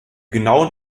genauen